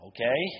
Okay